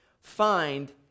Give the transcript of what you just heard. find